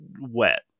wet